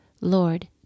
Lord